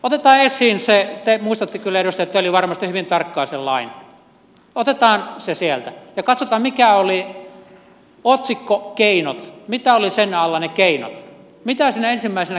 otetaan esiin se te muistatte kyllä edustaja tölli varmasti hyvin tarkkaan sen lain sieltä ja katsotaan mitä oli otsikon keinot alla ne keinot mitä siinä ensimmäisenä keinona kerrotaan